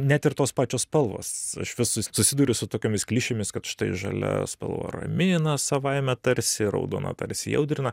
net ir tos pačios spalvos aš vis su susiduriu su tokiomis klišėmis kad štai žalia spalva ramina savaime tarsi raudona tarsi įaudrina